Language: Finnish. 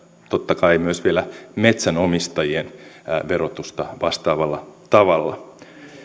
totta kai myös vielä metsänomistajien verotusta vastaavalla tavalla